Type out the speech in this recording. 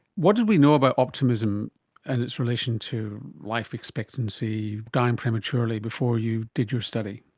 what did we know about optimism and its relation to life expectancy, dying prematurely, before you did your study?